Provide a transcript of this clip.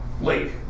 Lake